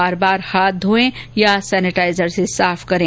बार बार हाथ धोएं या सेनेटाइजर से साफ करें